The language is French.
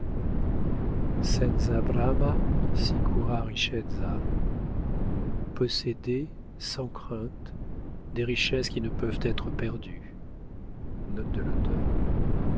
ricchezza posséder sans crainte des richesses qui ne peuvent être perdues